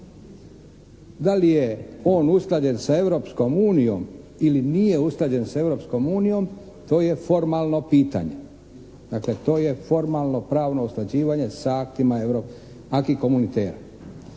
Da li je on usklađen sa Europskom unijom ili nije usklađen sa Europskom unijom to je formalno pitanje. Dakle, to je formalno-pravno usklađivanje sa aktima aquis communitaire.